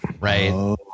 Right